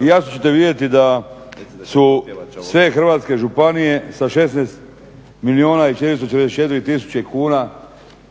i jasno ćete vidjeti da su sve hrvatske županije sa 16 milijuna i 444 tisuće kuna